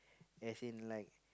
as in like